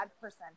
person